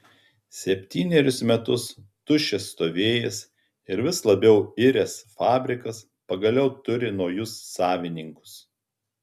septynerius metus tuščias stovėjęs ir vis labiau iręs fabrikas pagaliau turi naujus savininkus